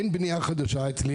אין בנייה חדשה אצלי.